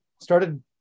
started